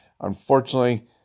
unfortunately